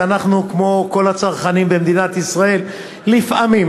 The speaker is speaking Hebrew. אנחנו כמו כל הצרכנים במדינת ישראל לפעמים,